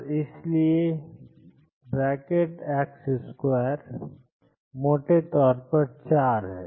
और इसलिए ⟨x⟩2 मोटे तौर पर 4 है